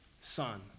Son